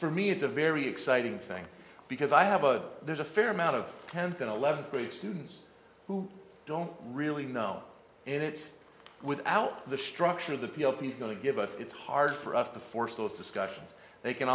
for me it's a very exciting thing because i have a there's a fair amount of tenth and eleventh grade students who don't really know and it's without the structure of the p l p is going to give us it's hard for us to force those discussions they can